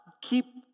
keep